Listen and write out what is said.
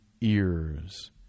ears